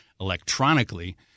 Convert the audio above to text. electronically